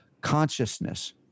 consciousness